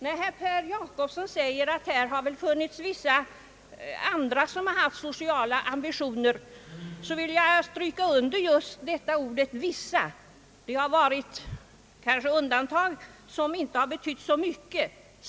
När herr Per Jacobsson säger att det väl har funnits vissa andra som också haft sociala ambitioner vill jag stryka under ordet vissa; det har kanske funnits undantag som inte har betytt så mycket.